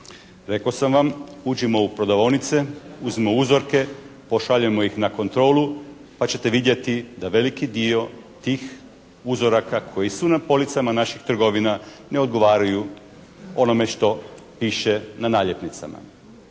Rekao sam vam uđimo u prodavaonice, uzmimo uzorke, pošaljemo ih na kontrolu pa ćete vidjeti da veliki dio tih uzoraka koji su na policama naših trgovina ne odgovaraju onome što piše na naljepnicama.